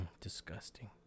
disgusting